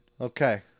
okay